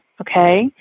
Okay